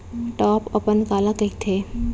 Top अपन काला कहिथे?